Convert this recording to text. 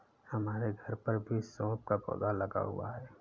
हमारे घर पर भी सौंफ का पौधा लगा हुआ है